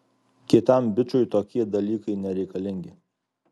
kietam bičui tokie dalykai nereikalingi